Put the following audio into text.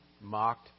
mocked